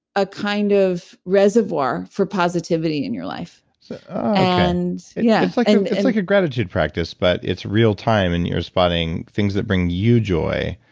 a kind of reservoir for positivity in your and yeah it's like a gratitude practice, but it's real time, and you're spotting things that bring you joy,